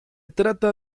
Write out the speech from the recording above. trata